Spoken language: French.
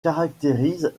caractérise